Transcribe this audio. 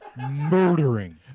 Murdering